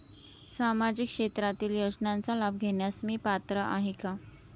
सामाजिक क्षेत्रातील योजनांचा लाभ घेण्यास मी पात्र आहे का?